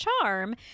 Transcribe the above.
charm